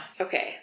Okay